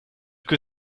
que